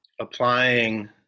applying